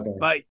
bye